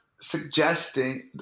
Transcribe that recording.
suggesting